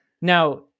now